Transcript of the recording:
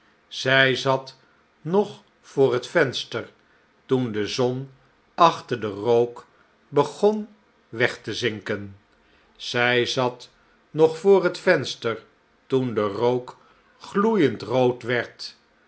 zij zat nog voor het venster toen de zon achter den rook begon weg te zinken zij zat nog voor het venster toen de rook gloeiend rood werd